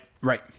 Right